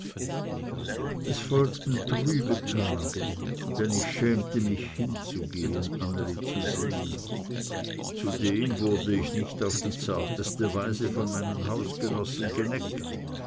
es folgten trübe tage denn ich schämte mich hinzugehen anneli zu sehen zudem wurde ich nicht auf die zarteste weise von meinen hausgenossen geneckt